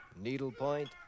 needlepoint